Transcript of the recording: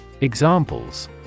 Examples